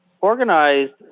Organized